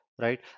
right